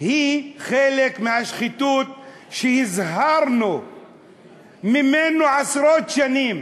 היא חלק מהשחיתות שהזהרנו ממנה עשרות שנים